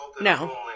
No